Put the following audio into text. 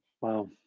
Wow